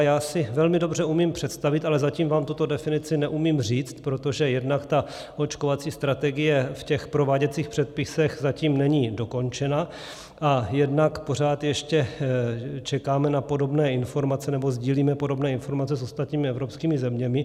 Já si velmi dobře umím představit, ale zatím vám tuto definici neumím říct, protože jednak ta očkovací strategie v těch prováděcích předpisech zatím není dokončená a jednak pořád ještě čekáme na podobné informace, nebo sdílíme podobné informace s ostatními evropskými zeměmi.